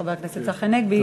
חבר הכנסת צחי הנגבי,